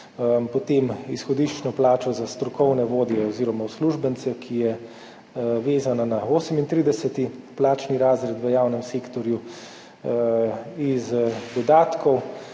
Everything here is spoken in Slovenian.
potem izhodiščna plača za strokovne vodje oziroma uslužbence, ki je vezana na 38. plačni razred v javnem sektorju, iz dodatkov